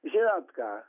žinot ką